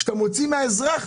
כשאתה מוציא מהאזרח,